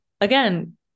again